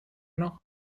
noch